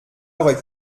aurait